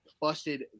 busted